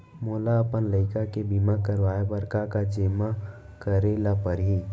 मोला अपन लइका के बीमा करवाए बर का का जेमा करे ल परही?